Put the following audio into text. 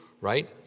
Right